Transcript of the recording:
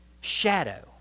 shadow